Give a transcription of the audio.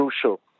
crucial